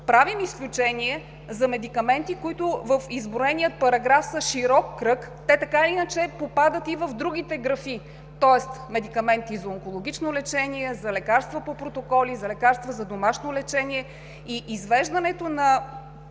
само изключение за медикаменти, които в изброения параграф са широк кръг – те така или иначе попадат и в другите графи, тоест медикаменти за онкологично лечение, за лекарства по протоколи, за лекарства за домашно лечение. Извеждането на